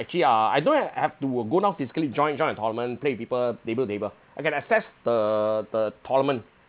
actually uh I don't have have to go down physically join join a tournament play with people table table I can access the the tournament